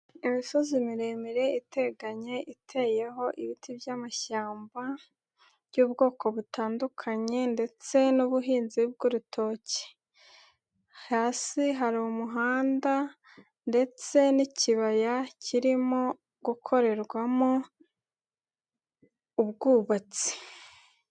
Imisozi miremire iteganye, iteyeho ibiti by'amashyamba by'ubwoko butandukanye ndetse n'ubuhinzi bw'urutoki, hasi hari umuhanda ndetse n'ikibaya kirimo gukorerwamo, ubwubatsi.